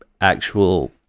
actual